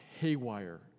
haywire